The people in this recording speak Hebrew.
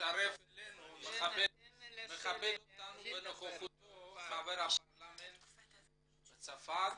מכבד אותנו בנוכחותו חבר הפרלמנט בצרפת,